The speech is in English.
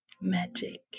magic